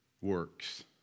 works